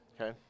Okay